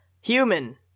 Human